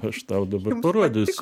aš tau dabar parodysiu